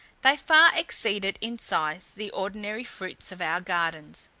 they far exceeded in size the ordinary fruits of our gardens.